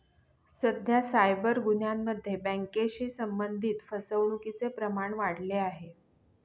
सध्या सायबर गुन्ह्यांमध्ये बँकेशी संबंधित फसवणुकीचे प्रमाण वाढले आहे